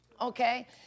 Okay